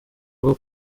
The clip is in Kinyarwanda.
rwo